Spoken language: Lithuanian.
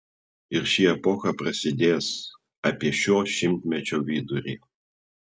ir ši epocha prasidės apie šio šimtmečio vidurį